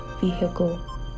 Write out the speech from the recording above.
vehicle